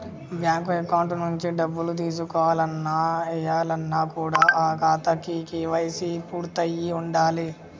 bank account నుంచి డబ్బులు తీసుకోవాలన్న, ఏయాలన్న కూడా ఆ ఖాతాకి కేవైసీ పూర్తయ్యి ఉండాలే